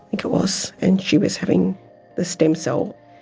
think it was, and she was having the stem cell,